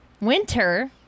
winter